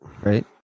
right